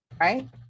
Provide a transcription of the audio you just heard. right